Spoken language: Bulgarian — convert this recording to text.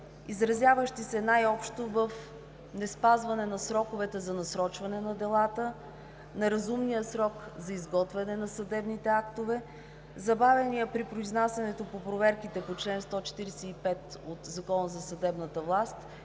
изразяващи се най-общо в неспазване на сроковете за насрочване на делата, неразумния срок за изготвяне на съдебните актове, забавяния при произнасянето по проверките по чл. 145 от Закона за съдебната власт